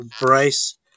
Bryce